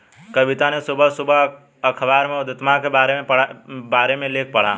कविता ने सुबह सुबह अखबार में उधमिता के बारे में लेख पढ़ा